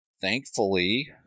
thankfully